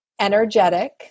energetic